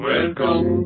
Welcome